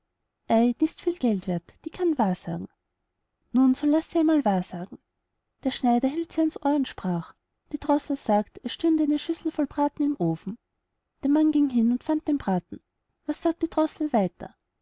ist viel geld werth die kann wahr sagen nun so laß sie einmal wahrsagen der schneider hielt sie ans ohr und sprach die droßel sagt es stünde eine schüssel voll braten im ofen der mann ging hin und fand den braten was sagt die droßel weiter